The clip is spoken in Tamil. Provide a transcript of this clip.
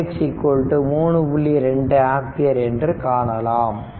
2 ஆம்பியர் என்று காணலாம்